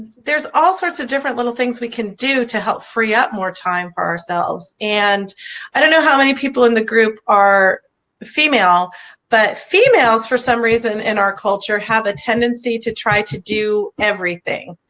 there's all sorts of different little things we can do to help free up more time for ourselves and i don't know how many people in the group are female but females for some reason in our culture have a tendency to try to do everything.